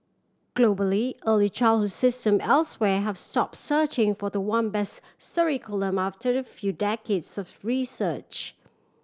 globally early childhood system elsewhere have stop searching for the one best curriculum after a few decades surf research